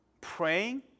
Praying